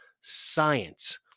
science